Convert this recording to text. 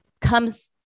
comes